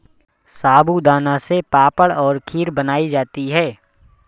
साबूदाना से पापड़ और खीर बनाई जाती है